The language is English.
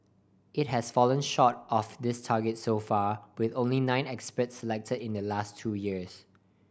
it has fallen short of this target so far with only nine experts selected in the last two years